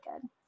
good